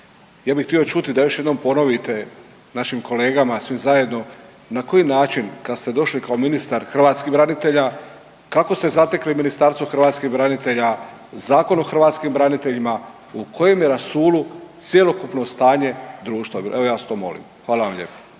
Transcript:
Ja bih htio čuti da još jednom ponovite našim kolegama svim zajedno na koji način kad ste došli kao ministar hrvatskih branitelja kakvo ste zatekli Ministarstvo hrvatskih branitelja, Zakon o hrvatskim braniteljima, u kojem je rasulu cjelokupno stanje društva. Evo ja vas to molim. Hvala vam lijepa.